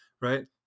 Right